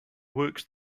works